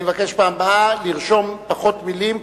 אני מבקש בפעם הבאה לרשום פחות מלים,